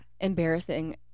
Embarrassing